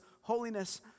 holiness